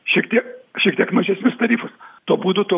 šiek tie šiek tiek mažesnius tarifus tuo būdu tuo